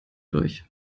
euch